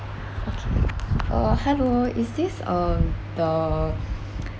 okay uh hello is this uh the